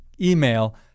email